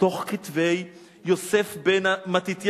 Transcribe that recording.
בתוך כתבי יוסף בן מתתיהו.